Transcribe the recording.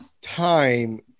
time